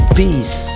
peace